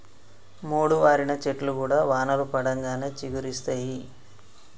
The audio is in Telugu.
మోడువారిన చెట్లు కూడా వానలు పడంగానే చిగురిస్తయి